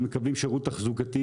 ומקבלים שירות תחזוקתי